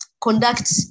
conduct